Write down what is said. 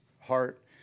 heart